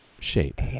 shape